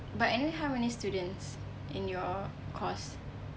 but anyway how many students in your course